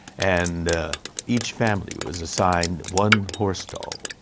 and each family was assigned one horse stall.